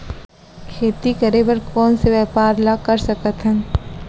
खेती करे बर कोन से व्यापार ला कर सकथन?